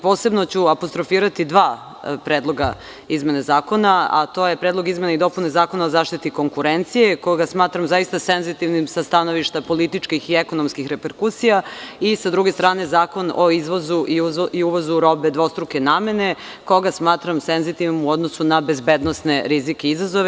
Posebno ću apostrofirati dva predloga izmene zakona, a to su: Predlog izmena i dopuna Zakona o zaštiti konkurencije, koga smatram zaista senzitivnim sa stanovišta političkih i ekonomskih reperkusija, a sa druge strane Zakon o izvozu i uvozu robe dvostruke namene, koga smatram senzitivnim u odnosu na bezbednosne rizike i izazove.